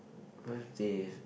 what's this